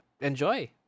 enjoy